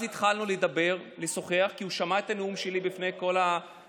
התחלנו לדבר ולשוחח כי הוא שמע את הנאום שלי לפני כל המשתתפים.